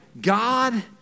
God